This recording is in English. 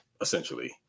essentially